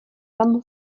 tam